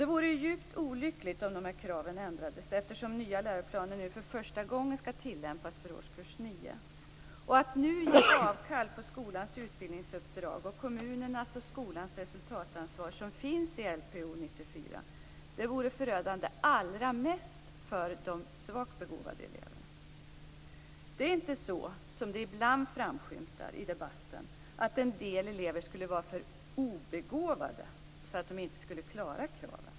Det vore djupt olyckligt om dessa krav ändrades, eftersom den nya läroplanen nu för första gången skall tillämpas för årskurs 9. Att nu ge avkall på skolans utbildningsuppdrag och kommunernas och skolans resultatansvar, som finns i Lpo 94, vore allra mest förödande för de svagt begåvade eleverna. Det är inte så, som det ibland framskymtar i debatten, att en del elever skulle vara så obegåvade att de inte skulle klara kraven.